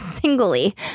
singly